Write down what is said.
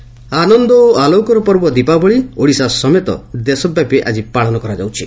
ଦୀପାବଳି ଆନନ୍ଦ ଓ ଆଲୋକର ପର୍ବ ଦୀପାବଳି ଓଡ଼ିଶା ସମେତ ଦେଶବ୍ୟାପୀ ଆକି ପାଳନ କରାଯାଉଛି